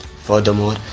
Furthermore